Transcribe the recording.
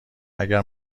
اگر